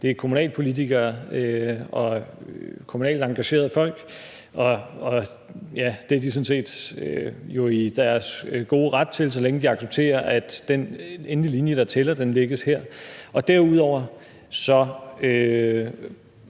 Det er kommunalpolitikere og kommunalt engagerede folk – og de er jo sådan set i deres gode ret til det, så længe de accepterer, at den endelige linje, der tæller, lægges her. I